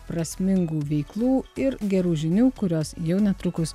prasmingų veiklų ir gerų žinių kurios jau netrukus